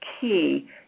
key